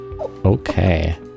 Okay